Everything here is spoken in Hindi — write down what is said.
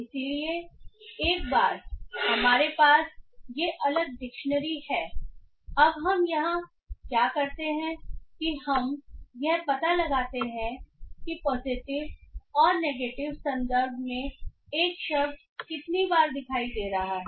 इसलिए एक बार हमारे पास ये अलग डिक्शनरी हैं अब हम यहां क्या करते हैं कि हम यह पता लगाते हैं कि पॉजिटिव और नेगेटिव संदर्भ में एक शब्द कितनी बार दिखाई दे रहा है